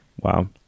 Wow